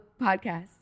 podcast